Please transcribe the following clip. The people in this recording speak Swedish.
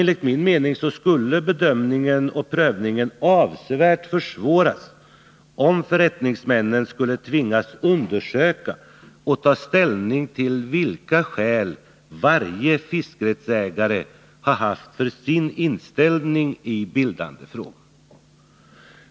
Enligt min mening skulle bedömningen och prövningen avsevärt försvåras om förrättningsmännen skulle tvingas undersöka och ta ställning till vilka skäl varje fiskerättsägare har haft för sin inställning till bildandefrågan.